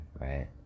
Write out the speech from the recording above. right